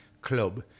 club